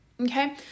okay